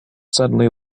suddenly